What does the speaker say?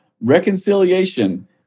Reconciliation